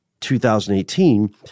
2018